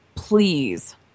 please